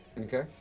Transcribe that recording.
Okay